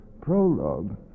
prologue